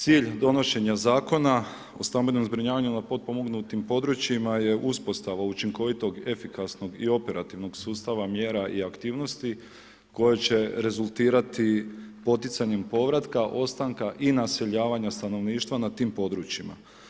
Cilj donošenja zakona o stambenom zbrinjavanja na potpomognutim područjima je uspostava učinkovitog, efikasnog i operativnog sustava mjera i aktivnosti koje će rezultirati poticanjem povratka, ostanka i naseljavanja stanovništva na tim područjima.